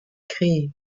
créé